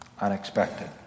unexpected